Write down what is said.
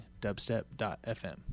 Dubstep.fm